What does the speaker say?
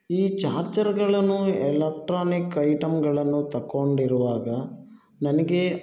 ಈ ಚಾರ್ಜರ್ಗಳನ್ನು ಎಲೆಕ್ಟ್ರಾನಿಕ್ ಐಟಮ್ಗಳನ್ನು ತಗೊಂಡಿರುವಾಗ ನನಗೆ